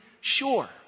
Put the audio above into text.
sure